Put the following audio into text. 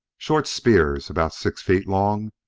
short spears, about six feet long,